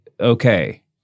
okay